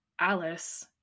Alice